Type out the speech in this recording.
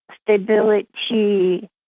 stability